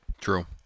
True